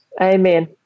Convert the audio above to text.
Amen